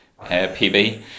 PB